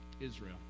Israel